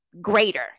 greater